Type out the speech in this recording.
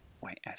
Wait